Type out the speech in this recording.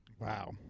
Wow